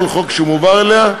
כל חוק שמועבר אליה,